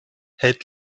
hält